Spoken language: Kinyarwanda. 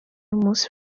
munsi